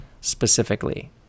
specifically